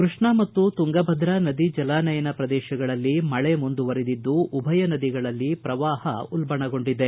ಕೃಷ್ಣಾ ಮತ್ತು ತುಂಗಭದ್ರಾ ನದಿ ಜಲಾನಯನ ಪ್ರದೇಶಗಳಲ್ಲಿ ಮಳೆ ಮುಂದುವರಿದಿದ್ದು ಉಭಯ ನದಿಗಳಲ್ಲಿ ಪ್ರವಾಹ ಉಲ್ಲಣಗೊಂಡಿದೆ